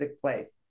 place